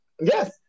Yes